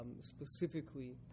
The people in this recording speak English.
specifically